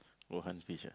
luohan fish ah